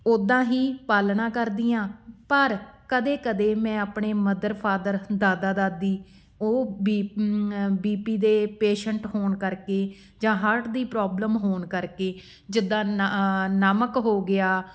ਉੱਦਾਂ ਹੀ ਪਾਲਣਾ ਕਰਦੀ ਹਾਂ ਪਰ ਕਦੇ ਕਦੇ ਮੈਂ ਆਪਣੇ ਮਦਰ ਫਾਦਰ ਦਾਦਾ ਦਾਦੀ ਉਹ ਬੀ ਬੀ ਪੀ ਦੇ ਪੇਸ਼ੈਂਟ ਹੋਣ ਕਰਕੇ ਜਾਂ ਹਾਰਟ ਦੀ ਪ੍ਰੋਬਲਮ ਹੋਣ ਕਰਕੇ ਜਿੱਦਾਂ ਨਮਕ ਹੋ ਗਿਆ